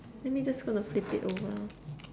let me just gonna flip it over